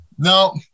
No